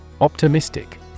Optimistic